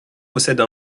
possède